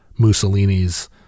Mussolini's